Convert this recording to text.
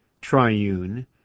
triune